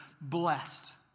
blessed